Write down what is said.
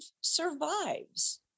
survives